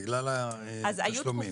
בגלל התשלומים.